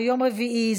תודה רבה לכולכם.